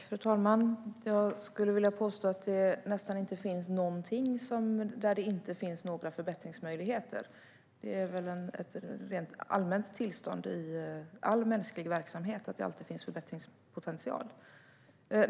Fru talman! Jag skulle vilja påstå att det nästan inte finns någonting där det inte finns några förbättringsmöjligheter. Det är väl ett allmänt tillstånd i all mänsklig verksamhet att det alltid finns förbättringspotential.